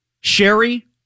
Sherry